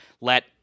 let